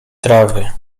trawy